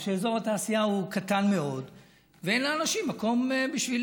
או כשאזור התעשייה הוא קטן מאוד ואין לאנשים מקום בשביל